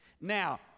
now